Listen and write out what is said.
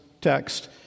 text